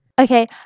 Okay